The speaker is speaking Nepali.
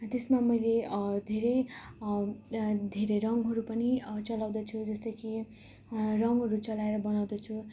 त्यसमा मैले धेरै धेरै रङ्गहरू पनि चलाउँदछु जस्तो कि रङ्गहरू चलाएर बनाउँदछु